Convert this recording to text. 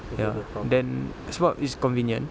ya then sebab it's convenient